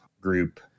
group